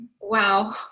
wow